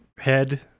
head